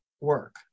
work